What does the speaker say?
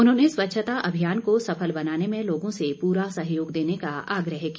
उन्होंने स्वच्छता अभियान को सफल बनाने में लोगों से पूरा सहयोग देने का आग्रह किया